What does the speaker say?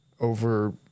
Over-